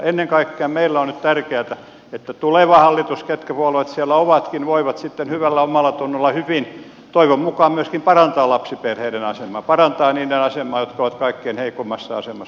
ennen kaikkea meille on nyt tärkeätä että tuleva hallitus ketkä puolueet siellä ovatkin voi sitten hyvällä omallatunnolla hyvin toivon mukaan myöskin parantaa lapsiperheiden asemaa parantaa niiden asemaa jotka ovat kaikkein heikoimmassa asemassa